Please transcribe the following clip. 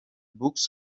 books